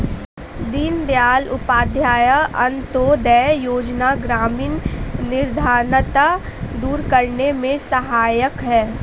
दीनदयाल उपाध्याय अंतोदय योजना ग्रामीण निर्धनता दूर करने में सहायक है